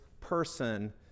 person